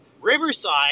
riverside